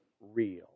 real